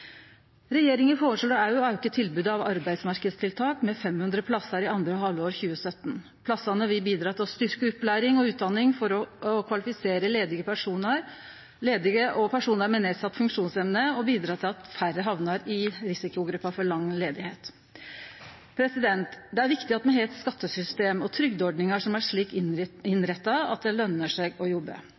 Regjeringa føreslår òg å auke tilbodet av arbeidsmarknadstiltak med 500 plassar i andre halvår 2017. Plassane vil bidra til å styrkje opplæring og utdanning for å kvalifisere arbeidsledige og personar med nedsett funksjonsevne og bidra til at færre hamnar i risikogruppa for langtids arbeidsløyse. Det er viktig at me har eit skattesystem og trygdeordningar som er slik innretta at det løner seg å jobbe.